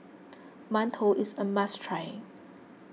Mantou is a must try